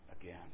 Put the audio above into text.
again